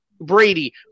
Brady